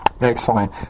Excellent